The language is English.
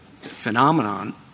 phenomenon